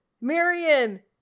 Marion